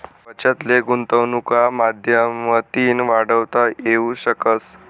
बचत ले गुंतवनुकना माध्यमतीन वाढवता येवू शकस